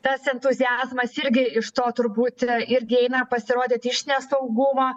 tas entuziazmas irgi iš to turbūt irgi eina pasirodyt iš nesaugumo